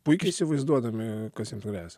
puikiai įsivaizduodami kas išspręs